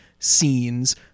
scenes